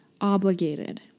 obligated